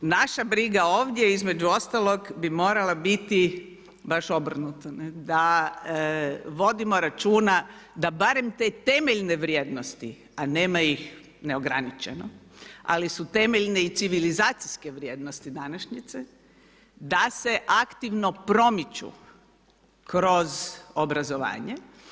Naša briga ovdje između ostalog bi morala biti, baš obrnuto, da vodimo računa da barem te temeljenje vrijednosti, a nema ih neograničeno, ali su temeljne i civilizacijske vrijednosti današnjice, da se aktivno promiču kroz obrazovanje.